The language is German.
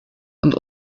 und